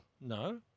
No